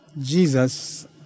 Jesus